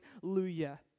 hallelujah